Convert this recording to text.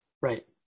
right